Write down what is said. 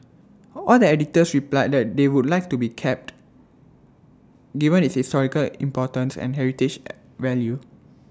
all the editors replied that they would like IT to be kept given its historical importance and heritage value